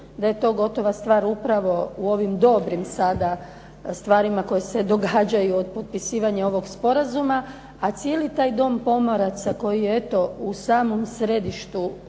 da je gotova stvar upravo u ovim dobrim sada stvarima koje se događaju od potpisivanja ovog sporazuma. A cijeli taj Dom pomoraca koji je eto u samom središtu